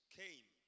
came